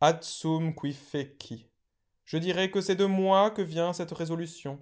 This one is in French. adsum qui feci je dirai que c'est de moi que vient cette résolution